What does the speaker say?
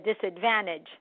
disadvantage